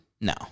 No